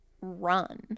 run